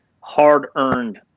hard-earned